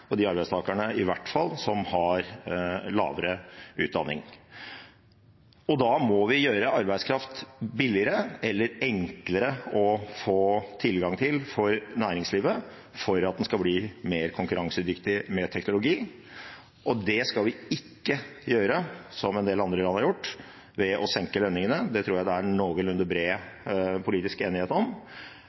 i hvert fall de arbeidstakerne som har lavere utdanning. Da må vi gjøre arbeidskraft billigere eller enklere å få tilgang til for næringslivet, for at den skal bli mer konkurransedyktig med teknologi. Men det skal vi ikke gjøre slik som en del andre land har gjort: ved å senke lønningene. Det tror jeg det er noenlunde bred politisk enighet om.